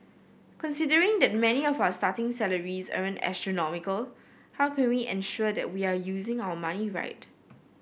considering that many of our starting salaries aren't astronomical how can we ensure that we are using our money right